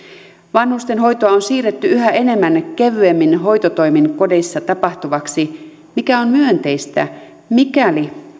vanhustenhoito on siirretty yhä enemmän kevyemmin hoitotoimin kodeissa tapahtuvaksi mikä on myönteistä mikäli